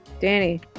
Danny